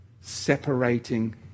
separating